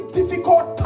difficult